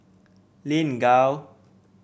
Lin Gao